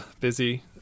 busy